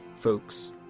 folks